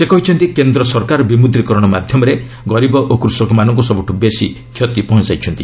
ସେ କହିଛନ୍ତି କେନ୍ଦ୍ର ସରକାର ବିମୁଦ୍ରିକରଣ ମାଧ୍ୟମରେ ଗରିବ ଓ କୃଷକମାନଙ୍କୁ ସବୁଠୁ ବେଶି କ୍ଷତି ପହଞ୍ଚାଇଛନ୍ତି